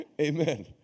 Amen